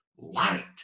light